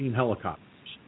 helicopters